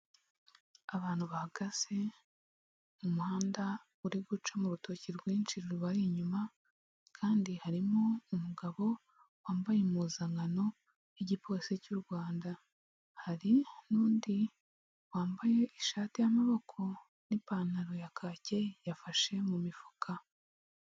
Abantu bahagaze mu muhanda uri gucamo urutoki rwinshi rubari inyuma, kandi harimo umugabo wambaye impuzankano y'Igipolisi cy'u Rwanda, hari n'undi wambaye ishati y'amaboko n'ipantaro ya kake yafashe mu mifuka.